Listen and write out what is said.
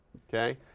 okay?